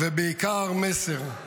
ובעיקר מסר,